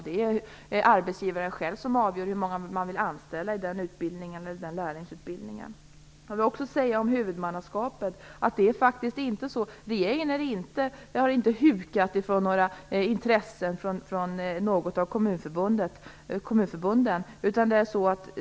Det är arbetsgivaren själv som avgör hur många han vill anställa och ha i lärlingsutbildning. Beträffande huvudmannaskapet vill jag säga att regeringen inte har hukat för några intressen från något av kommunförbunden.